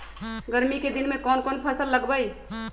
गर्मी के दिन में कौन कौन फसल लगबई?